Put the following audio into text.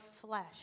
flesh